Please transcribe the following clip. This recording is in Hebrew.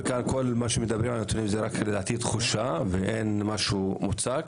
וכל מה שמדברים כאן על נתונים זה רק כדי לתת תחושה ואין משהו מוצק.